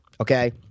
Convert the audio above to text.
Okay